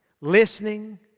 Listening